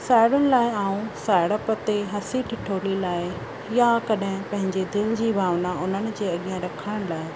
साहेड़ियुनि लाइ आऊं सियाणप ते हंसी ठिठोली लाइ या कॾहिं पंहिंजे दिलि जी भावना उन्हनि जे अॻियां रखण लाइ